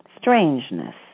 strangeness